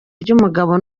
ry’umugabo